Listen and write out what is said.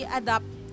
adapt